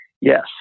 yes